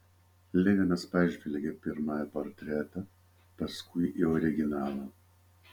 levinas pažvelgė pirma į portretą paskui į originalą